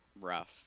rough